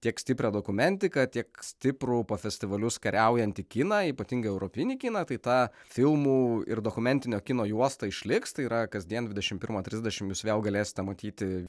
tiek stiprią dokumentiką tiek stiprų po festivalius kariaujantį kiną ypatingai europinį kiną tai ta filmų ir dokumentinio kino juosta išliks tai yra kasdien dvidešim pirmą trisdešim jūs vėl galėsite pamatyti